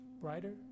brighter